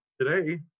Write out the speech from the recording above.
today